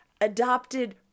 adopted